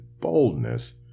boldness